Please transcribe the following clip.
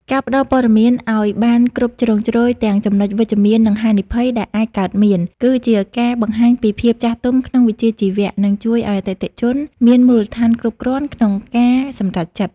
ការផ្ដល់ព័ត៌មានឱ្យបានគ្រប់ជ្រុងជ្រោយទាំងចំណុចវិជ្ជមាន និងហានិភ័យដែលអាចកើតមាន គឺជាការបង្ហាញពីភាពចាស់ទុំក្នុងវិជ្ជាជីវៈ និងជួយឱ្យអតិថិជនមានមូលដ្ឋានគ្រប់គ្រាន់ក្នុងការសម្រេចចិត្ត។